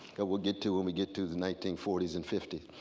that we'll get to when we get to the nineteen forty s and fifty